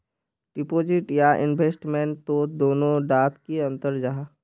Deposit या investment तोत दोनों डात की अंतर जाहा?